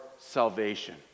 salvation